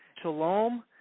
Shalom